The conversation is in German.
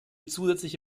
zusätzliche